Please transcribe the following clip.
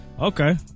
Okay